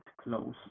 close